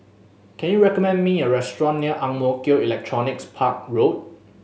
can you recommend me a restaurant near Ang Mo Kio Electronics Park Road